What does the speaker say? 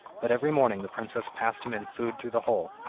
but every morning the princess passed him in food through the hole,